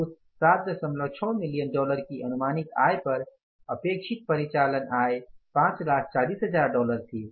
उस ७6 million dollar की अनुमानित आय पर अपेक्षित परिचालन आय 540000 डॉलर थी